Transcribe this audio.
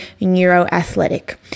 neuroathletic